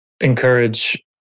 encourage